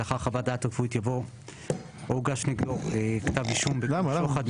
לאחר 'חוות דעת רפואית' יבוא 'או הוגש נגדו כתב אישום בגין שוחד,